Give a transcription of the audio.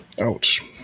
Ouch